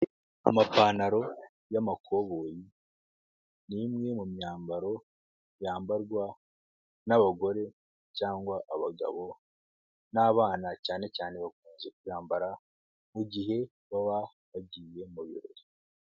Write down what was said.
Amapantalo y'amakoboyi ni imwe mu myambaro yambarwa n'abagore cyangwa abagabo n'abana cyane cyane bakunze kuyambara mu gihe baba bagiye mu birori.